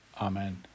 Amen